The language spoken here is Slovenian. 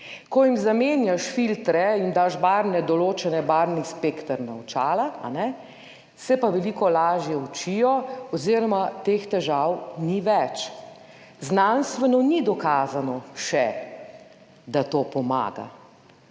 ko jim zamenjaš filtre in daš barvne določene barvni spekter na očala, se pa veliko lažje učijo oziroma teh težav ni več. Znanstveno, ni dokazano še da to pomaga,